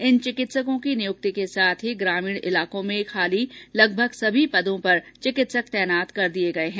इन चिकित्सकों की नियुक्ति के साथ ही ग्रामीण क्षेत्रों में खाली लगभग सभी पदों पर चिकित्सक तैनात कर दिये गये हैं